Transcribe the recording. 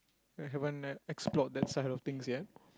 I haven't e~ explored that side of things yet